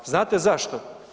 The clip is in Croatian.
Znate zašto?